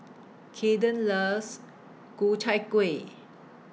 Kayden loves Ku Chai Kueh